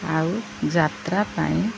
ଆଉ ଯାତ୍ରା ପାଇଁ